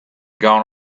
gone